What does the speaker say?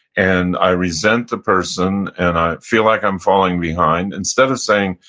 and i resent the person, and i feel like i'm falling behind instead of saying,